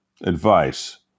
advice